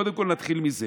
קודם כול, נתחיל מזה.